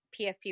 PFP